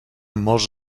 molts